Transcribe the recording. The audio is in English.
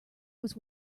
was